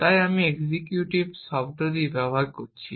তাই আমি এক্সিকিউটিভ শব্দটি ব্যবহার করছি